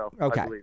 Okay